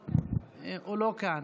בבקשה, הוא לא כאן.